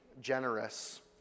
generous